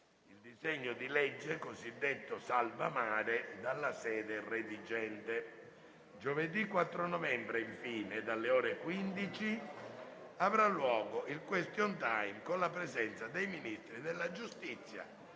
il disegno di legge cosiddetto salva mare dalla sede redigente. Giovedì 4 novembre, dalle ore 15, avrà luogo il *question time* con la presenza dei Ministri della giustizia,